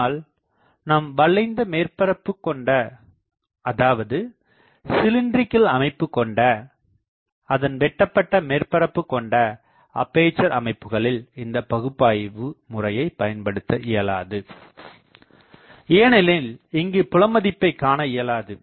ஆனால் நாம் வளைந்த மேற்பரப்பு கொண்ட அதாவது சிலின்றிகள் அமைப்பு கொண்ட அதன் வெட்டப்பட்ட மேற்பரப்பு கொண்ட அப்பேசர் அமைப்புகளில் இந்த பகுப்பாய்வு முறையை பயன்படுத்த இயலாது ஏனெனில் இங்கு புலமதிப்பை காண இயலாது